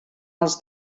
els